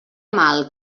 mal